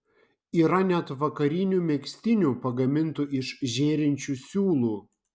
yra net vakarinių megztinių pagamintų iš žėrinčių siūlų